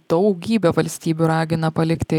daugybė valstybių ragina palikti